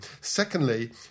Secondly